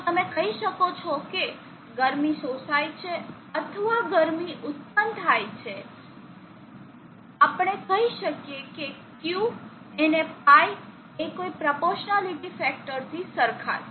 તો તમે કહી શકો છો કે ગરમી શોષાય છે અથવા ઉત્પન્ન થાય છે આપણે કહી શકીએ કે Q એને pi એ કોઈ પ્રોપોસ્નાલીટી ફેક્ટરથી સરખા છે